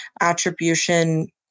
attribution